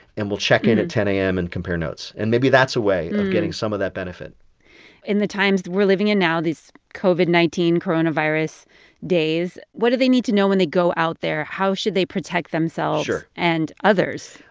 and we'll check in at ten a m. and compare notes. and maybe that's a way of getting some of that benefit in the times we're living in now these covid nineteen, coronavirus days what do they need to know when they go out there? how should they protect themselves. sure. and others?